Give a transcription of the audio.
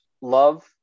love